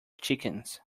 chickens